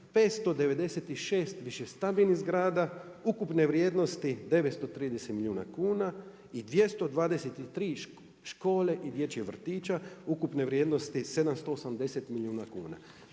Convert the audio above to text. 596 više stambenih zgrada ukupne vrijednosti 930 milijuna kuna i 223 škole i dječjih vrtića ukupne vrijednosti 780 milijuna kuna.